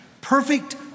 perfect